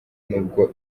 nubwo